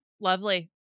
lovely